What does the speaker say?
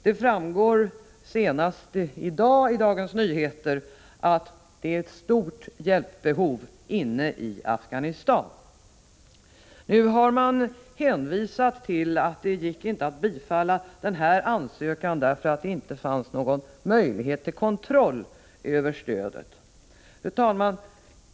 Det framgår senast av dagens DN att det är ett stort hjälpbehov inne i Afghanistan. Nu hänvisar man till att det inte gick att bifalla ansökan därför att det inte fanns någon möjlighet till kontroll över stödet. Fru talman!